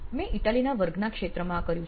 મેં ઈટાલીના વર્ગના ક્ષેત્રમાં આ કર્યું છે